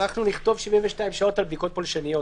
נכתוב 72 שעות על בדיקות פולשניות.